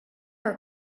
her